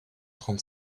trente